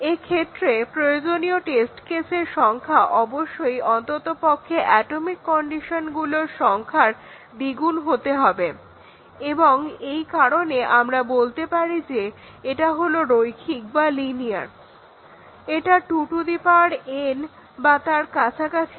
এক্ষেত্রে প্রয়োজনীয় টেস্ট কেসের সংখ্যা অবশ্যই অন্ততপক্ষে অ্যাটমিক কন্ডিশনগুলোর সংখ্যার দ্বিগুণ হবে এবং এই কারণে আমরা বলতে পারি যে এটা হলো রৈখিক বা লিনিয়ার এটা 2n এই ধরনের নয় 2n বা তার কাছাকাছি